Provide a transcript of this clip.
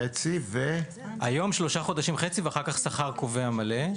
חצי, ואחר-כך השכר הקובע המלא.